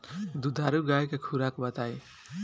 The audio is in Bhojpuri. दुधारू गाय के खुराक बताई?